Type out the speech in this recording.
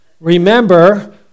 remember